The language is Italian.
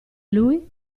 lui